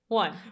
one